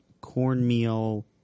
cornmeal